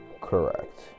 correct